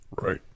Right